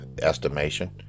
estimation